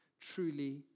truly